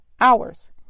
hours